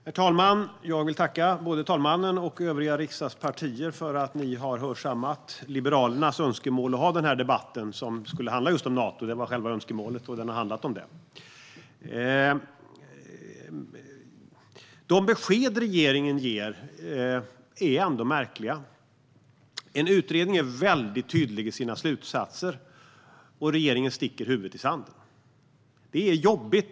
Herr talman! Jag vill tacka både talmannen och övriga riksdagspartier för att ni har hörsammat Liberalernas önskemål om att ha denna debatt, som skulle handla just om Nato. Det var själva önskemålet, och debatten har handlat om det. De besked som regeringen ger är ändå märkliga. En utredning är mycket tydlig i sina slutsatser, och regeringen sticker huvudet i sanden. Detta är jobbigt.